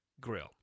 grill